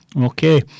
okay